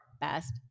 Best